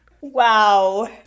wow